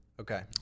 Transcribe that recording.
Okay